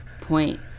point